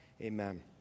Amen